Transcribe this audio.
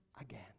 again